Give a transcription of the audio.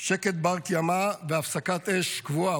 שקט בר-קיימא והפסקת אש קבועה,